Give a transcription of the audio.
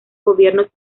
gobiernos